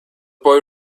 boy